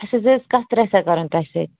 اَسہِ حظ ٲسۍ کَتھِ رَژھا کَرٕنۍ تۄہہِ سۭتۍ